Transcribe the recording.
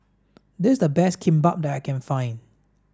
this is the best Kimbap that I can find